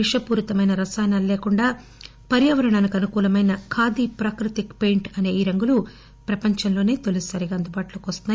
విషపూరితమైన రసాయనాలు లేకుండా పర్యావరణానికి అనుకూలమైన ఖాదీ ప్రాకృతిక పెయింట్ అసే ఈ రంగులు ప్రపంచంలోనే తొలిసారిగా అందుబాటులోకి వస్తున్నాయి